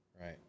right